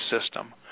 system